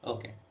Okay